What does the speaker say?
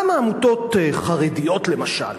כמה עמותות חרדיות למשל,